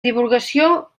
divulgació